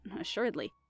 Assuredly